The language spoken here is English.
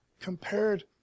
compared